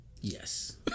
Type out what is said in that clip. Yes